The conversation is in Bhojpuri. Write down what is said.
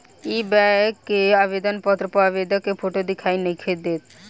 इ बैक के आवेदन पत्र पर आवेदक के फोटो दिखाई नइखे देत